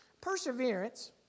Perseverance